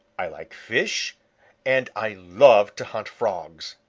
i like fish and i love to hunt frogs.